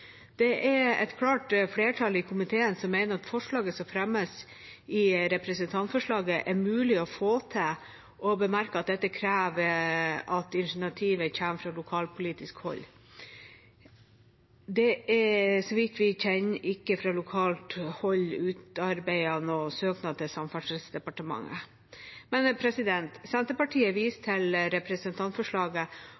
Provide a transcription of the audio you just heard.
Det er et klart flertall i komiteen som mener at forslaget som fremmes i representantforslaget, er mulig å få til, og bemerker at dette krever at initiativet kommer fra lokalpolitisk hold. Det er, slik vi kjenner til, fra lokalt hold ikke utarbeidet noen søknad til Samferdselsdepartementet. Senterpartiet viser